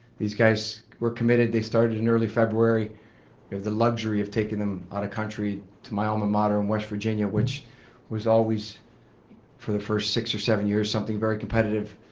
these guys were committed, they started in early february, we had the luxury of taking them out of country to my alma mater in west virginia which was always for the first six or seven years something very competitive,